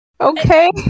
Okay